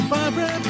Barbara